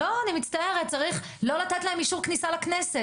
אסור לתת להם אישור כניסה לכנסת.